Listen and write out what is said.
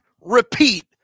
repeat